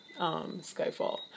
Skyfall